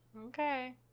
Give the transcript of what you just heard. Okay